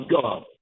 God